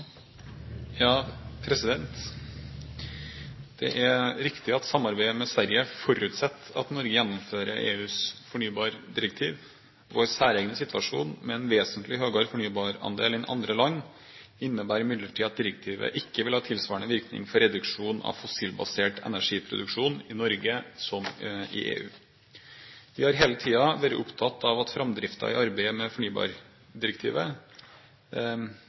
Det er riktig at samarbeidet med Sverige forutsetter at Norge gjennomfører EUs fornybardirektiv. Vår særegne situasjon med en vesentlig høyere fornybarandel enn andre land innebærer imidlertid at direktivet ikke vil ha tilsvarende virkninger for reduksjonen av fossilbasert energiproduksjon i Norge som i EU. Vi har hele tiden vært opptatt av framdriften i arbeidet med fornybardirektivet.